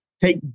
take